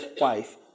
wife